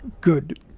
good